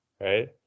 right